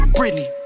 Britney